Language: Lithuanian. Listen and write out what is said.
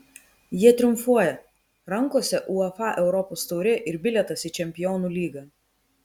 jie triumfuoja rankose uefa europos taurė ir bilietas į čempionų lygą